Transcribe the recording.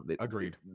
agreed